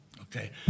Okay